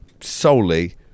solely